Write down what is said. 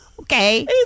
Okay